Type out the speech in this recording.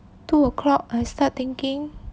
two o' clock I start thinking